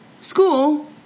school